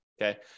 Okay